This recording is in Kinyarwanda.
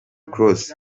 close